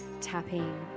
Tapping